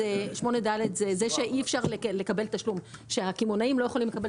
סעיף 8ד מורה שהקמעונאים לא יכולים לקבל